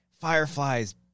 fireflies